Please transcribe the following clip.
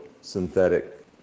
synthetic